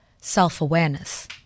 self-awareness